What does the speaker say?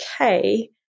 okay